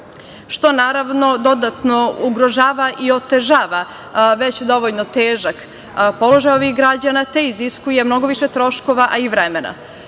što naravno dodatno ugrožava i otežava već dovoljno težak položaj ovih građana, te iziskuje mnogo više troškova, a i vremena. Sve